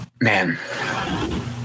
man